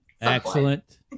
Excellent